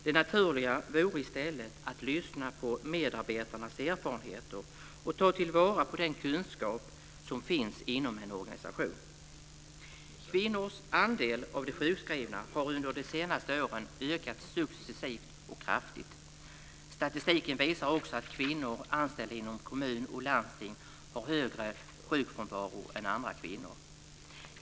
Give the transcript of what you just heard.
Det naturliga vore i stället att lyssna på medarbetarnas erfarenheter och ta till vara på den kunskap som finns inom en organisation. Kvinnors andel av de sjukskrivna har under de senaste åren ökat successivt och kraftigt. Statistiken visar också att kvinnor anställda inom kommun och landsting har högre sjukfrånvaro än andra kvinnor.